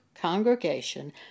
congregation